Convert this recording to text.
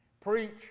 preach